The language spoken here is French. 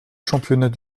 championnats